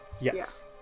Yes